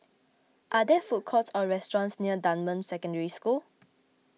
are there food courts or restaurants near Dunman Secondary School